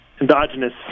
endogenous